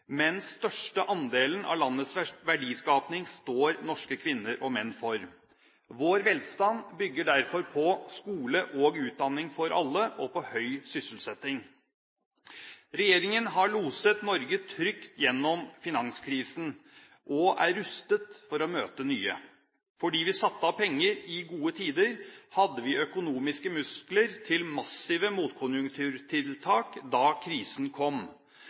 men den største andelen av landets verdiskaping står norske kvinner og menn for. Vår velstand bygger derfor på skole og utdanning for alle og på høy sysselsetting. Regjeringen har loset Norge trygt gjennom finanskrisen og er rustet til å møte nye kriser. Fordi vi satte av penger i gode tider, hadde vi økonomiske muskler til massive motkonjunkturtiltak da krisen kom.